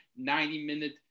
90-minute